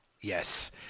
Yes